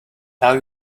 now